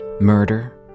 Murder